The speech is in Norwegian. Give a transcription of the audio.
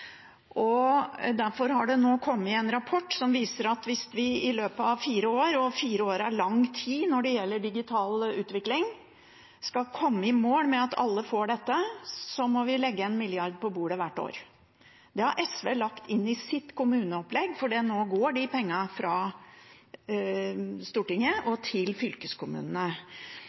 nå kommet en rapport som viser at hvis vi i løpet av fire år – og fire år er lang tid når det gjelder digital utvikling – skal komme i mål med at alle får dette, må vi legge en milliard på bordet hvert år. Det har SV lagt inn i sitt kommuneopplegg, for nå går de pengene fra Stortinget og til fylkeskommunene.